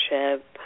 relationship